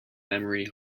memory